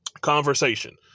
Conversation